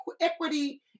equity